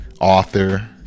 author